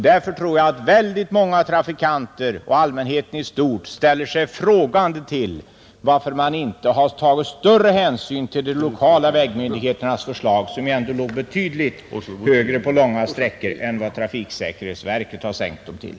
Därför tror jag att väldigt många trafikanter och allmänheten i stort ställer sig frågande till varför man inte har tagit större hänsyn till de lokala vägmyndigheternas förslag i vilka fartgränserna på långa sträckor låg betydligt högre än vad trafiksäkerhetsverket har sänkt dem till.